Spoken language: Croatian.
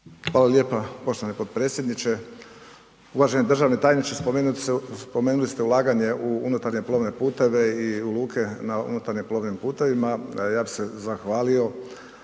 Hvala lijepa poštovani potpredsjedniče. Uvaženi državni tajniče spomenuli ste ulaganje u unutarnje plove puteve i u luke na unutarnjim plovnim putevima, ja bih se zahvalio